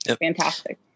Fantastic